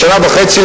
לפני שנה וחצי,